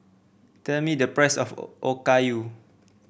tell me the price of Okayu